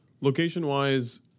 Location-wise